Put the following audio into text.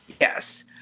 Yes